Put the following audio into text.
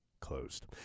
Closed